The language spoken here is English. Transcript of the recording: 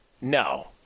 No